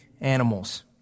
animals